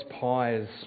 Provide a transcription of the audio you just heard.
pies